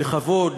לכבוד,